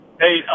Hey